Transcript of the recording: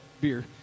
beer